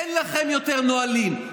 אין לכם יותר נהלים.